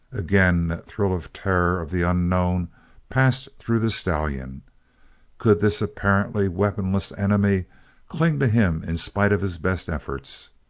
again that thrill of terror of the unknown passed through the stallion could this apparently weaponless enemy cling to him in spite of his best efforts?